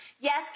yes